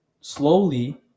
slowly